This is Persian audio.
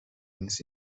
نیست